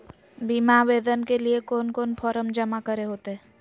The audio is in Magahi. बीमा आवेदन के लिए कोन कोन फॉर्म जमा करें होते